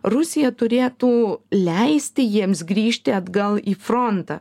rusija turėtų leisti jiems grįžti atgal į frontą